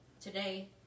Today